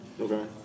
Okay